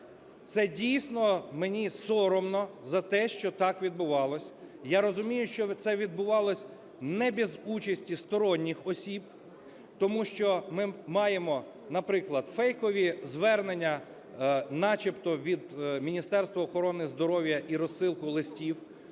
Це, дійсно, мені соромно за те, що так відбувалось. Я розумію, що це відбувалось не без участі сторонніх осіб, тому що ми маємо, наприклад, фейкові звернення начебто від Міністерства охорони здоров'я і розсилку листів